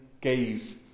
gaze